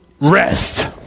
Rest